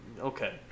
okay